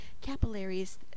capillaries